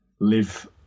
live